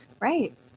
Right